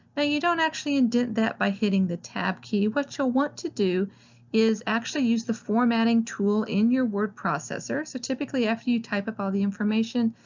you don't actually indent that by hitting the tab key. what you'll want to do is actually use the formatting tool in your word processor. so typically after you type up all the information,